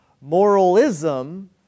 Moralism